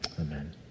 Amen